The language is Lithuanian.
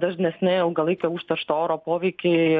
dažnesni ilgalaikio užteršto oro poveikiai